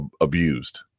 abused